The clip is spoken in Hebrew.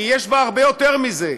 כי יש בה הרבה יותר מזה,